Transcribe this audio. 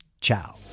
Ciao